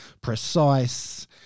precise